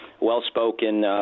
well-spoken